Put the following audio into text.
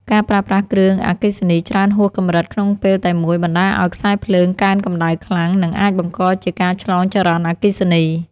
ការប្រើប្រាស់គ្រឿងអគ្គិសនីច្រើនហួសកម្រិតក្នុងពេលតែមួយបណ្តាលឱ្យខ្សែភ្លើងកើនកម្តៅខ្លាំង និងអាចបង្កជាការឆ្លងចរន្តអគ្គិសនី។